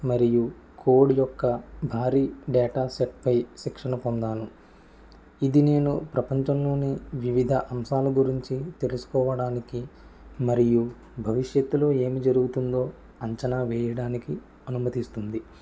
మరియు కోడ్ యొక్క భారీ డేటా సెట్ పై శిక్షణ పొందాను ఇది నేను ప్రపంచంలోనే వివిధ అంశాల గురించి తెలుసుకోవడానికి మరియు భవిష్యత్తులో ఏమి జరుగుతుందో అంచనా వేయడానికి అనుమతిస్తుంది